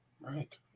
Right